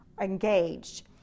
engaged